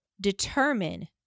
determine